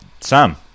sam